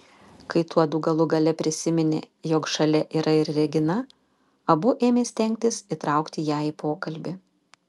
kai tuodu galų gale prisiminė jog šalia yra ir regina abu ėmė stengtis įtraukti ją į pokalbį